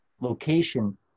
location